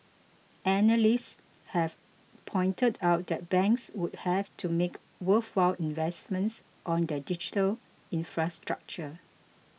analysts have pointed out that banks would have to make worthwhile investments on their digital infrastructure